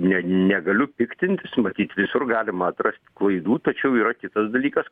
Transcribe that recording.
ne negaliu piktintis matyt visur galima atrast klaidų tačiau yra kitas dalykas